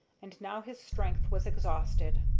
and now his strength was exhausted.